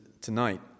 tonight